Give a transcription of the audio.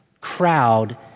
crowd